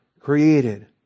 created